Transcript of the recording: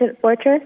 fortress